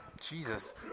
jesus